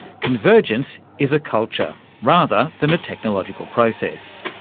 convergence is a culture, rather than a technological process.